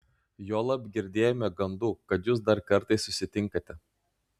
juolab girdėjome gandų kad jūs dar kartais susitinkate